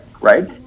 right